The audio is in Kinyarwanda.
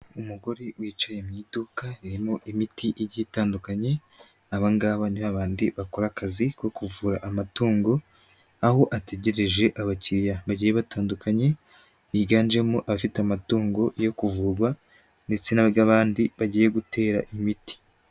Umugore wicaye mu iduka ririmo imiti igiye itandukanye, aba ngaba ni babandi bakora akazi ko kuvura amatungo aho ategereje abakiriya bagiye batandukanye biganjemo abafite amatungo yo kuvurwa ndetse n'abandi bagiye gutera imiti.